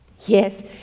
Yes